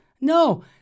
No